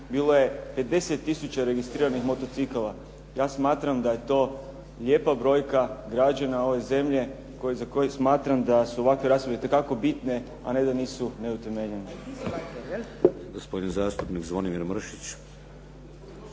bilo je 50 tisuća registriranih motocikala. Ja smatram da je to lijepa brojka građana ove zemlje za koje smatram da su ovakve rasprave itekako bitne, a ne da nisu neutemeljene.